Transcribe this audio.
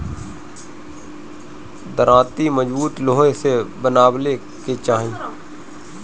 दराँती मजबूत लोहा से बनवावे के चाही